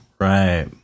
Right